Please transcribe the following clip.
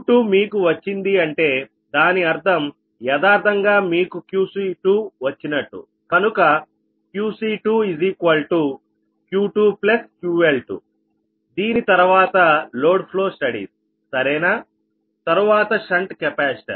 Q2మీకు వచ్చింది అంటే దాని అర్థం యదార్ధంగా మీకు QC2 వచ్చినట్టు కనుక QC2Q2QL2దీని తర్వాత లోడ్ ఫ్లో స్టడీస్ సరేనా తరువాత షంట్ కెపాసిటర్